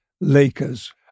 Lakers